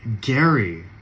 Gary